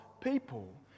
people